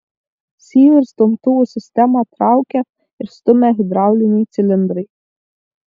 sijų ir stumtuvų sistemą traukia ir stumia hidrauliniai cilindrai